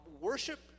worship